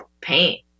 paint